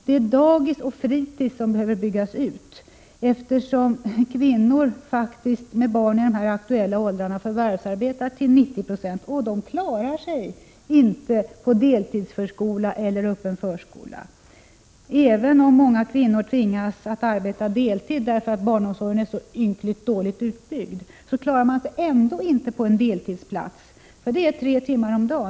Det är daghem och fritidshem som behöver byggas ut, eftersom kvinnor med barn i de aktuella åldrarna till 90 90 faktiskt förvärvsarbetar, och de klarar sig inte med deltidsförskola eller öppen förskola. Många kvinnor tvingas arbeta deltid på grund av att barnomsorgen är så ynkligt dåligt utbyggd, men inte heller de klarar sig med en deltidsplats. En deltidsplats innebär omsorg i tre timmar per dag.